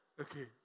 Okay